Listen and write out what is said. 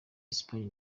espagne